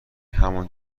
همان